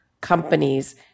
companies